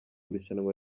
irushanwa